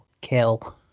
kill